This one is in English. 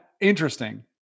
Interesting